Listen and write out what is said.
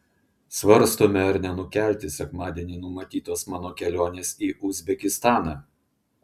svarstome ar nenukelti sekmadienį numatytos mano kelionės į uzbekistaną